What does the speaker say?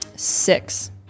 Six